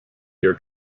your